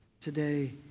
today